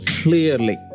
clearly